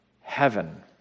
heaven